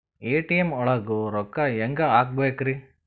ATM ಒಳಗ್ ರೊಕ್ಕ ಹೆಂಗ್ ಹ್ಹಾಕ್ಬೇಕ್ರಿ?